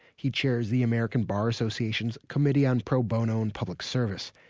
he chairs the american bar association's committee on pro bono and public service.